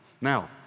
Now